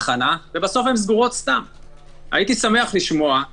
הגב' כהן מאופקים, שתרצה לקנות מותג,